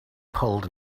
pulled